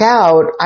out